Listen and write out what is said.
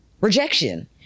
rejection